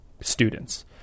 students